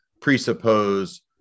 presuppose